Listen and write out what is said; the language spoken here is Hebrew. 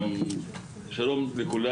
שלום לכולם.